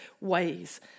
ways